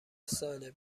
ساله